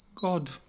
god